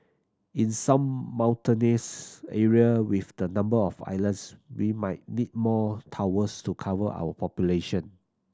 in some mountainous area with the number of islands we might need more towers to cover our population